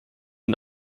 den